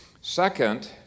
Second